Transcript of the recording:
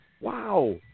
wow